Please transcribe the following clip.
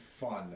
fun